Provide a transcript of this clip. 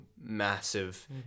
massive